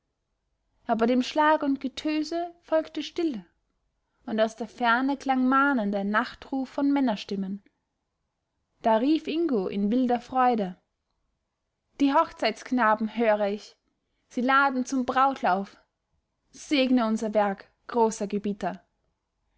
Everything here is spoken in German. aber dem schlag und getöse folgte stille und aus der ferne klang mahnend ein nachtruf von männerstimmen da rief ingo in wilder freude die hochzeitsknaben höre ich sie laden zum brautlauf segne unser werk großer gebieter